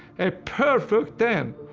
a perfect ten.